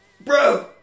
Bro